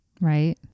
right